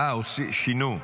זה בסדר, שינו,